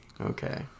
Okay